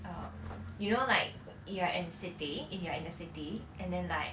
um you know like you're in city you are in the city and then like